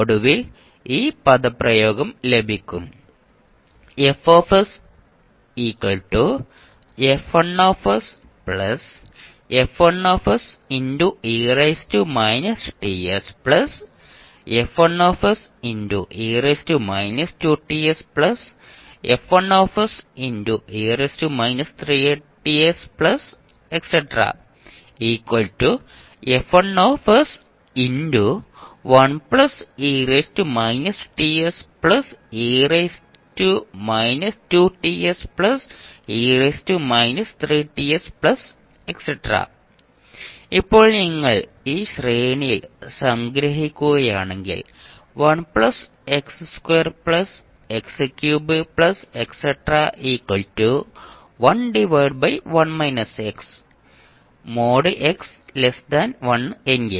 ഒടുവിൽ ഈ പദപ്രയോഗം ലഭിക്കും ഇപ്പോൾ നിങ്ങൾ ഈ ശ്രേണിയിൽ സംഗ്രഹിക്കുകയാണെങ്കിൽ |x|1 എങ്കിൽ